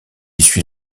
suit